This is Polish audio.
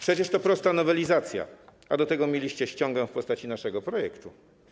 Przecież to jest prosta nowelizacja, a do tego mieliście ściągę w postaci naszego projektu.